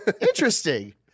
Interesting